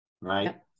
Right